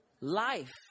life